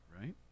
right